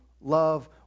Love